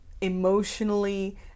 emotionally